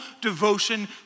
devotion